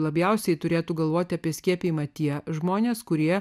labiausiai turėtų galvoti apie skiepijimą tie žmonės kurie